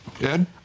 Ed